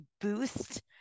boost